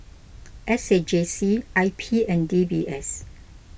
S A J C I P and D B S